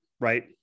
right